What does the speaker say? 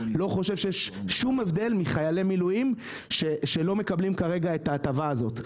לא חושב שיש שום הבדל מחיילי מילואים שלא מקבלים כרגע את ההטבה הזאת.